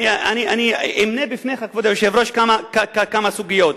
אני אמנה בפניך, כבוד היושב-ראש, כמה סוגיות.